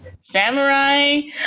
samurai